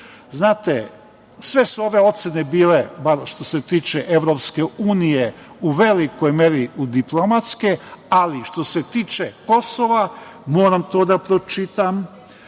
sve su ove ocene bile, bar što se tiče EU u velikoj meri diplomatske, ali što se tiče Kosova, moram to da pročitam,